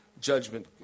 judgment